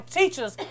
teachers